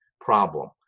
problem